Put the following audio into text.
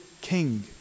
king